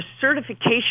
certification